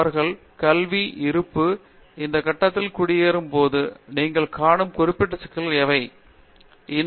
அவர்களின் கல்வி இருப்பு இந்த கட்டத்தில் குடியேறும் போது நீங்கள் காணும் குறிப்பிட்ட சிக்கல்கள் உள்ளனவா